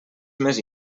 més